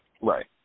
Right